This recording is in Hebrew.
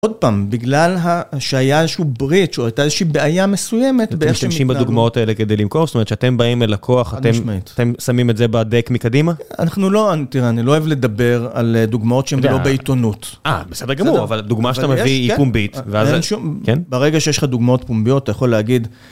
עוד פעם, בגלל שהיה איזשהו ברית או הייתה איזושהי בעיה מסוימת... אתם משתמשים בדוגמאות האלה כדי למכור, זאת אומרת שאתם באים ללקוח, אתם שמים את זה בדק מקדימה? אנחנו לא, תראה, אני לא אוהב לדבר על דוגמאות שהן לא בעיתונות. אה, בסדר, אבל דוגמא שאתה מביא היא פומבית, ואז אין שום, כן? ברגע שיש לך דוגמאות פומביות, אתה יכול להגיד...